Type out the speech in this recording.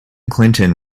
clinton